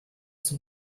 zum